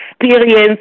experience